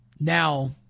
Now